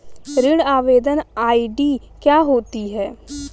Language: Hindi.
ऋण आवेदन आई.डी क्या होती है?